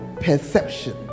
perception